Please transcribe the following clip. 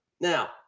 Now